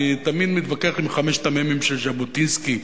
אני תמיד מתווכח עם חמשת המ"מים של ז'בוטינסקי,